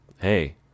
hey